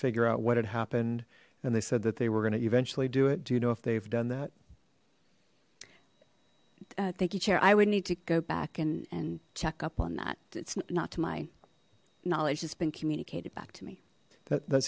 figure out what had happened and they said that they were gonna eventually do it do you know if they've done that thank you chair i would need to go back and check up on that it's not to my knowledge it's been communicated back to me that